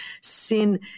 sin